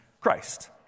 Christ